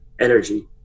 energy